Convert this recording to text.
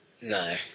No